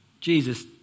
Jesus